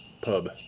pub